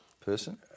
person